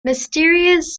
mysterious